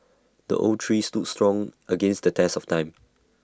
the oak tree stood strong against the test of time